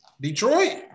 Detroit